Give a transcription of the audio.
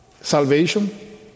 salvation